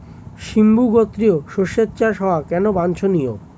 সিম্বু গোত্রীয় শস্যের চাষ হওয়া কেন বাঞ্ছনীয়?